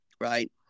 right